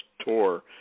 tour